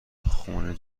خون